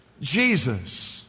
Jesus